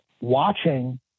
watching